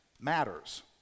matters